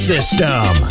System